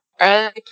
early